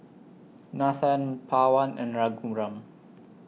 Nathan Pawan and Raghuram